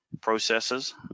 processes